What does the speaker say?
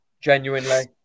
genuinely